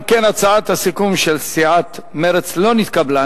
אם כן, הצעת הסיכום של סיעת מרצ לא נתקבלה.